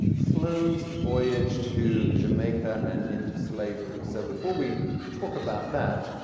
sloane's voyage to jamaica, and into slavery. so before we talk about that,